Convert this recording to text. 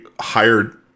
hired